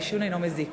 העישון אינו מזיק?